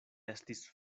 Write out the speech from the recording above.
estis